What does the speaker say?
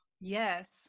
Yes